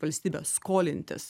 valstybę skolintis